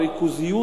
ריכוזיות,